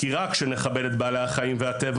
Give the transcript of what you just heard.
כי רק כשנכבד את בעלי החיים והטבע,